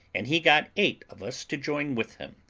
and he got eight of us to join with him,